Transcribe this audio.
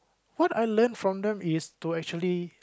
what I learn from them is to actually